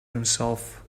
himself